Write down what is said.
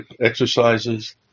exercises